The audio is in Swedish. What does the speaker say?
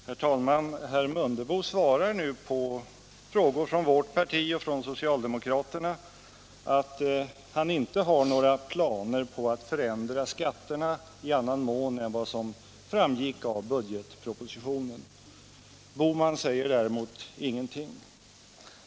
Herr talman! Herr Mundebo svarar nu på frågor från vårt parti och från socialdemokraterna att han inte har några planer på att förändra skatterna i annan mån än vad som framgår av budgetpropositionen. Herr Bohman säger däremot ingenting.